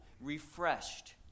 refreshed